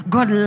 God